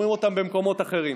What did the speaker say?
אומרים אותם במקומות אחרים.